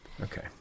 okay